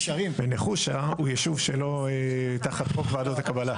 נחושה הוא יישוב שלא תחת חוק ועדות הקבלה.